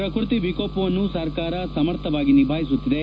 ಪ್ರಕೃತಿ ವಿಕೋಪವನ್ನು ಸರ್ಕಾರ ಸಮರ್ಥವಾಗಿ ನಿಭಾಯಿಸುತ್ತಿದೆ